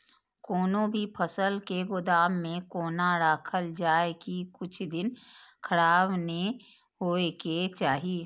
कोनो भी फसल के गोदाम में कोना राखल जाय की कुछ दिन खराब ने होय के चाही?